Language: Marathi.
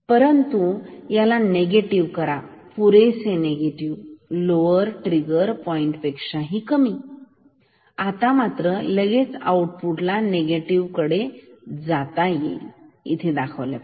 परंतु तुम्ही याला निगेटिव्ह करा पुरेसे निगेटीव्ह लोवर ट्रिगर पॉईंट पेक्षा कमी आता मात्र लगेच आउटपुट निगेटिव्ह कडे जाईल इथे दाखवल्याप्रमाणे